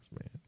man